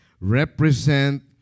represent